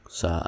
sa